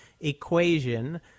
equation